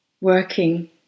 working